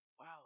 wow